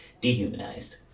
dehumanized